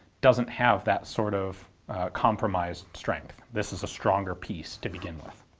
doesn't have that sort of compromised strength. this is a stronger piece to begin with.